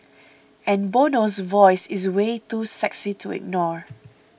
and Bono's voice is way too sexy to ignore